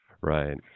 Right